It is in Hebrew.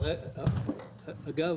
אגב,